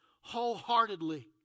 wholeheartedly